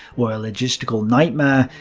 were a logistical nightmare,